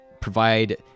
provide